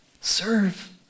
Serve